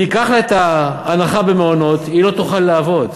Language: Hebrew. תיקח לה את ההנחה במעונות, היא לא תוכל לעבוד.